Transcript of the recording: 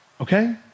Okay